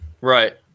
Right